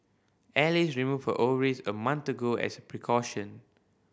Alice removed her ovaries a month ago as a precaution